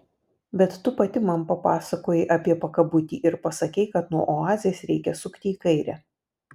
bet tu pati man papasakojai apie pakabutį ir pasakei kad nuo oazės reikia sukti į kairę